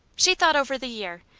she thought over the year,